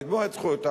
לתבוע את זכויותיו,